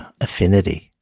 affinity